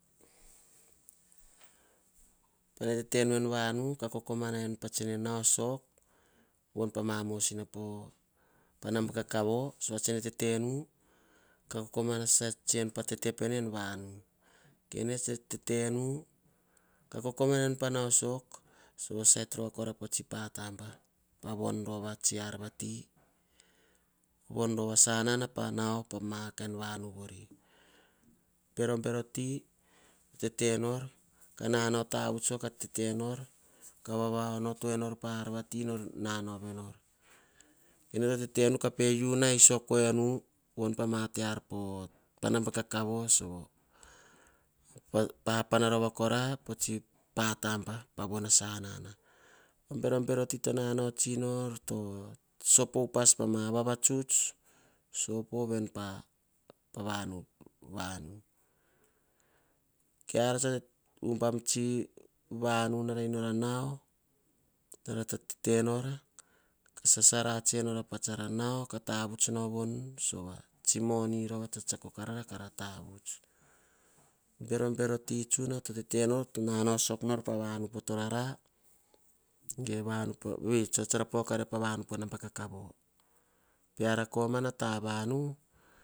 Pa tsei we tetenu kah kokoh manai pah nao sok poh pama ma mosina pah namaba kakavu sova tsene teteno kah kokoh mana saisanu pah tete pene ean vanu ene tsa tetenu kah kokomanai nu pah nau sok. sova papanarova poh pataba voora tsiar vati von rova pah nau pah ma tsivavu vori. Bero bero ti toh naunauo tavuts nor kah vava onoto pa ar vati nor vava onoto peor. Ene to tetewu kah pe unai sok enu. Papana rova popataba. Bero bero ti waunauo sok nor toh sopo upas pah ma vavatuts. Sopoh vene ew komana vavu. Kiaratsi poh ubam vanu nara inora nauo. Sasara enor tsi pah nauo moni rovakora tsa tsiako ara kara nauo. Bero bero ti toh naunao sok nor pah vanu poh torara. Vetsuna tsara pokah pa vanu po torara pe ar tavuvu pe u rael sok enora, sana